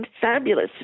fabulous